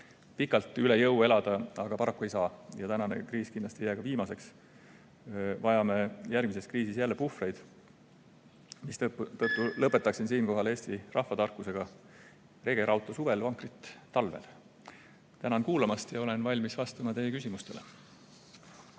Pikalt üle jõu elada aga paraku ei saa. Ja praegune kriis ei jää kindlasti viimaseks. Vajame järgmises kriisis jälle puhvreid, mistõttu lõpetaksin siinkohal Eesti rahvatarkusega "Rege rauta suvel, vankrit talvel". Tänan kuulamast! Olen valmis vastama teie küsimustele.